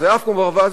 עף כמו ברווז,